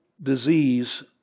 disease